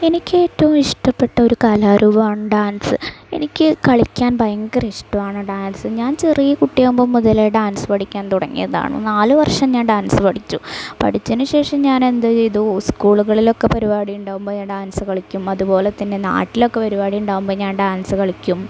എനിക്കേറ്റവും ഇഷ്ടപ്പെട്ട ഒരു കലാരൂപമാണ് ഡാൻസ് എനിക്ക് കളിക്കാൻ ഭയങ്കര ഇഷ്ടമാണ് ഡാൻസ് ഞാൻ ചെറിയ കുട്ടിയാവുമ്പോള് മുതലെ ഡാൻസ് പഠിക്കാൻ തുടങ്ങിയതാണ് നാലു വർഷം ഞാൻ ഡാൻസ് പഠിച്ചു പഠിച്ചതിനുശേഷം ഞാനെന്ത് ചെയ്തു സ്കൂളുകളിലൊക്കെ പരിപാടി ഉണ്ടാവുമ്പോള് ഞാൻ ഡാൻസ് കളിക്കും അതുപോലെതന്നെ നാട്ടിലൊക്കെ പരിപാടി ഉണ്ടാവുമ്പോള് ഞാൻ ഡാൻസ് കളിക്കും